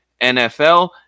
nfl